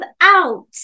out